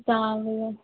तव्हां वञो